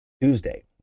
Tuesday